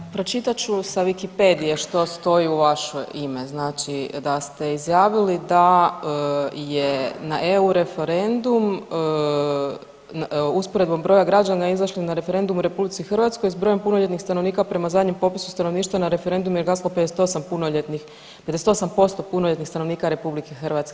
Pa pročitat ću sa Wikipedie što stoji u vaše ime, znači da ste izjavili da je na EU referendum, usporedbom broja građana izašlih na referendum u RH s brojem punoljetnih stanovnika prema zadnjem popisu stanovništva na referendum je izašlo 58 punoljetnih, 58% punoljetnih stanovnika RH.